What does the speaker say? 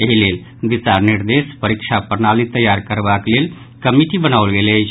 एहि लेल दिशा निर्देश परीक्षा प्रणाली तैयार करबाक लेल कमिटी बनाओल गेल अछि